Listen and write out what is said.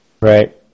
right